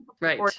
right